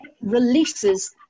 releases